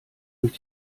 durch